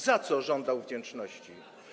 Za co żądał wdzięczności?